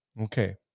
okay